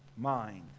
mind